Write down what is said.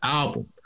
album